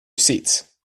seats